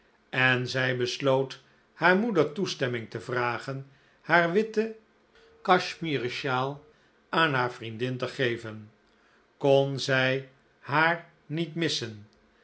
en zij besloot haar moeder toestemming te vragen haar witte cachemieren sjaal aan haar vriendin te geven kon zij haar niet missen